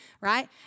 right